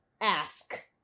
Ask